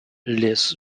liz